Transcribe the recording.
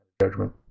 judgment